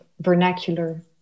vernacular